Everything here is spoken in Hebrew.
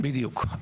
בדיוק.